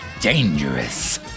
Dangerous